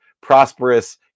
prosperous